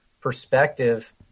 perspective